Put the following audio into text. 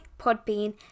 Podbean